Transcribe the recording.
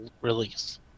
release